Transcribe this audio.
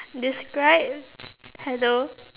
describe hello